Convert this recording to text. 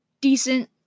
decent